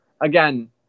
again